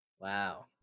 Wow